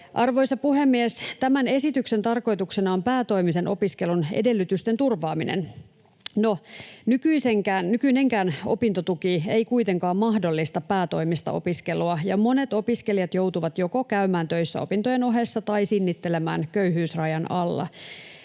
Arvoisa puhemies! Tämän esityksen tarkoituksena on päätoimisen opiskelun edellytysten turvaaminen. No, nykyinenkään opintotuki ei kuitenkaan mahdollista päätoimista opiskelua, ja monet opiskelijat joutuvat joko käymään töissä opintojen ohessa tai sinnittelemään köyhyysrajan alla.